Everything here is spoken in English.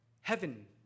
Heaven